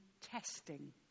testing